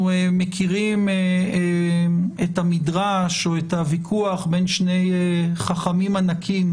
אנחנו מכירים את המדרש או את הוויכוח בין שני חכמים ענקיים,